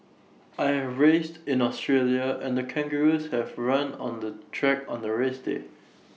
I have raced in Australia and kangaroos have run on the track on the race day